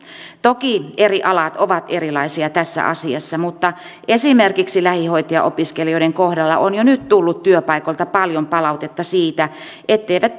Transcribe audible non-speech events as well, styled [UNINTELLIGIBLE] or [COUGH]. toki eri alat ovat erilaisia tässä asiassa mutta esimerkiksi lähihoitajaopiskelijoiden kohdalla on jo nyt tullut työpaikoilta paljon palautetta siitä etteivät [UNINTELLIGIBLE]